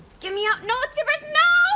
give me out no tibbers no